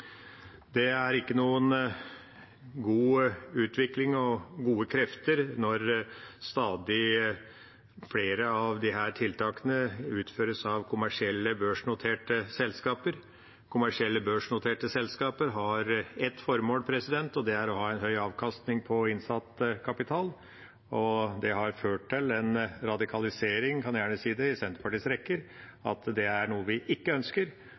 Det er ikke noen god utvikling og gode krefter når stadig flere av disse tiltakene utføres av kommersielle børsnoterte selskaper. Kommersielle børsnoterte selskaper har ett formål, og det er å ha en høy avkastning på innsatt kapital. Dette har ført til en radikalisering – en kan gjerne si det – i Senterpartiets rekker. Dette er noe vi ikke ønsker,